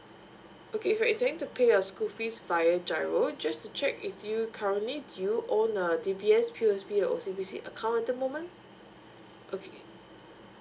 okay if you're intending to pay your school fees via giro just to check with you currently do you own a D_B_S P_L_S_B or O_C_B_C account at the moment okay